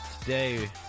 Today